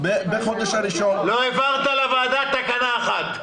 לא העברת לוועדה תקנה אחת.